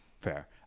fair